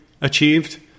achieved